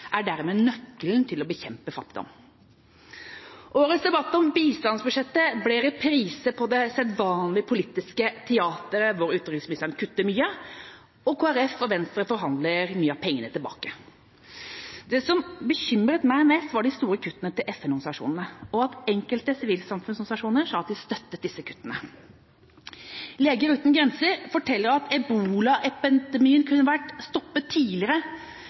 er dermed nøkkelen til å bekjempe fattigdom. Årets debatt om bistandsbudsjettet blir reprise på det sedvanlige politiske teateret hvor utenriksministeren kutter mye, og Kristelig Folkeparti og Venstre forhandler mye av pengene tilbake. Det som bekymret meg mest, var de store kuttene til FN-organisasjonene og at enkelte sivilsamfunnsorganisasjoner sa at de støttet disse kuttene. Leger Uten Grenser forteller at ebolaepidemien kunne vært stoppet tidligere